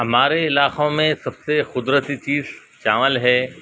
ہمارے علاقوں میں سب سے قدرتی چیز چاول ہے